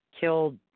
killed